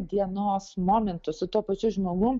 dienos momentu su tuo pačiu žmogum